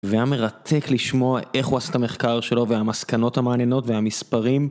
והיה מרתק לשמוע איך הוא עשה את המחקר שלו והמסקנות המעניינות והמספרים.